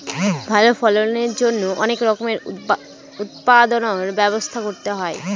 ভালো ফলনের জন্যে অনেক রকমের উৎপাদনর ব্যবস্থা করতে হয়